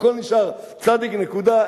הכול נשאר: צד"י,